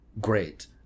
great